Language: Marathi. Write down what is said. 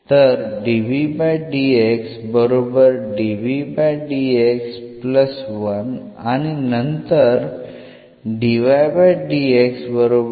तर बरोबर आणि नंतर